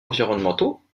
environnementaux